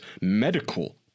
medical